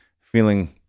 feeling